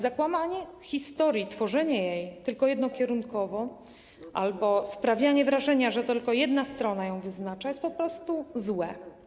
Zakłamanie historii, tworzenie jej tylko jednokierunkowo albo sprawianie wrażenia, że tylko jedna strona ją wyznacza, jest po prostu złe.